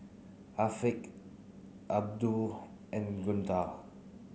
Afiqah Abdul and Guntur